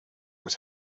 was